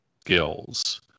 skills